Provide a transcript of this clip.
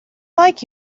like